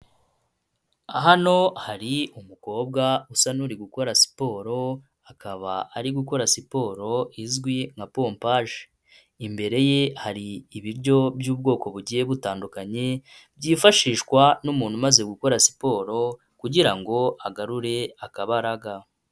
Hano hari umukobwa usa n'uri gukora siporo, akaba ari gukora siporo izwi nka pompaje. Imbere ye hari ibiryo by'ubwoko bugiye butandukanye, byifashishwa n'umuntu umaze gukora siporo kugira ngo agarure akabaraga.